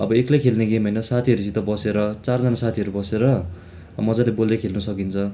अब एक्लै खेल्ने गेम होइन साथीभाइसित बसेर चारजाना साथीहरू बसेर मज्जाले बोल्दै खेल्नु सकिन्छ